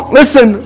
listen